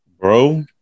bro